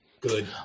good